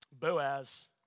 Boaz